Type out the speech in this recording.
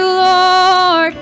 lord